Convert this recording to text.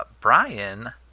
Brian